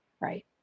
Right